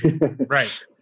Right